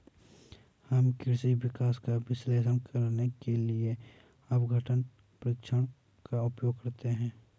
हम कृषि विकास का विश्लेषण करने के लिए अपघटन परीक्षण का उपयोग करते हैं